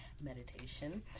meditation